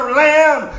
lamb